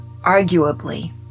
Arguably